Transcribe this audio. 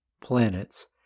planets